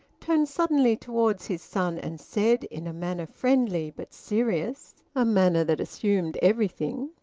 turned suddenly towards his son and said, in a manner friendly but serious, a manner that assumed everything,